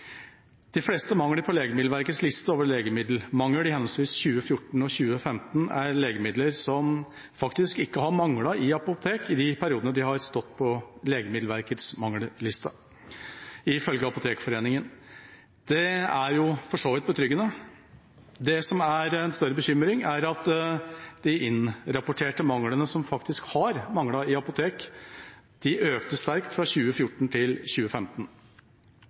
De fleste mangler på Legemiddelverkets liste over legemiddelmangel i henholdsvis 2014 og 2015 er legemidler som faktisk ikke har manglet i apotek i de periodene de har stått på Legemiddelverkets mangelliste, ifølge Apotekforeningen. Det er for så vidt betryggende. Det som er en større bekymring, er at de innrapporterte reelle manglene i apotek økte sterkt fra 2014 til 2015.